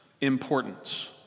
importance